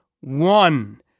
one